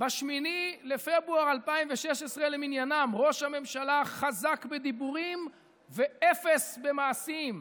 ב-8 בפברואר 2016 למניינם: "ראש הממשלה חזק בדיבורים ואפס במעשים,